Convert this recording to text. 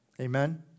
Amen